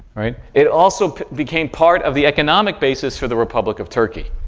right? it also became part of the economic basis for the republic of turkey,